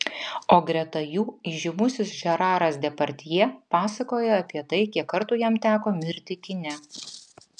o greta jų įžymusis žeraras depardjė pasakoja apie tai kiek kartų jam teko mirti kine